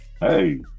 hey